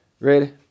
Ready